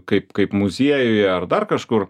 kaip kaip muziejuje ar dar kažkur